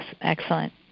Excellent